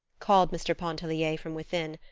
called mr. pontellier from within,